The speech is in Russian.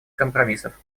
компромиссов